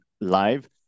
live